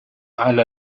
على